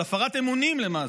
של הפרת אמונים למעשה,